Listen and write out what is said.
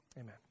Amen